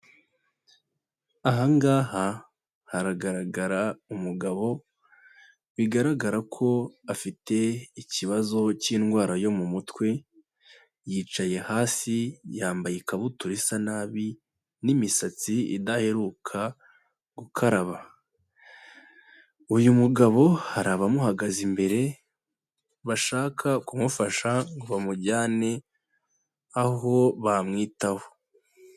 Aha ngaha haragaragara umugabo, bigaragara ko afite ikibazo cy'indwara yo mu mutwe, yicaye hasi yambaye ikabutura isa nabi, n'imisatsi idaheruka gukaraba. Uyu mugabo hari abamuhagaze imbere, bashaka kumufasha ngo bamujyane, aho bamwitaho.